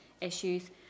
issues